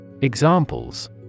Examples